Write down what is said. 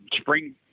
spring